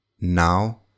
Now